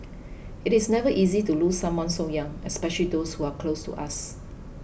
it is never easy to lose someone so young especially those who are close to us